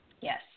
Yes